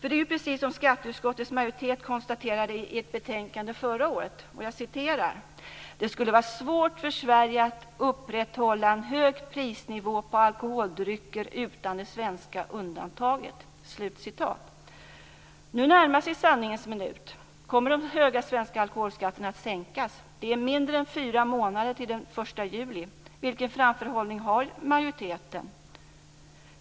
Det är ju precis som skatteutskottets majoritet konstaterade i ett betänkande förra året: "det skulle vara svårt för Sverige att upprätthålla en hög prisnivå på alkoholdrycker utan det svenska undantaget". Nu närmar sig sanningens minut. Kommer de höga svenska alkoholskatterna att sänkas? Det är mindre än fyra månader till den 1 juli. Vilken framförhållning har majoriteten?